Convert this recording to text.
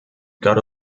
got